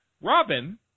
Robin